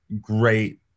great